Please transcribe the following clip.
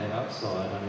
outside